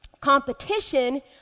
Competition